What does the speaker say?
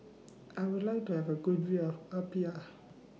I Would like to Have A Good View of Apia